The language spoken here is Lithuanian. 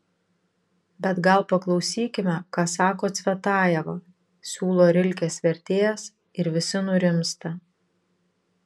bet gal paklausykime ką sako cvetajeva siūlo rilkės vertėjas ir visi nurimsta